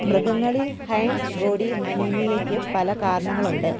മൃഗങ്ങളിൽ Heinz body അനീമിയയ്ക്ക് പല കാരണങ്ങളുണ്ട്